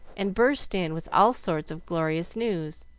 and burst in with all sorts of glorious news.